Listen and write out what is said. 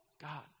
God